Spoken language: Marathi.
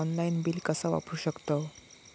ऑनलाइन बिल कसा करु शकतव?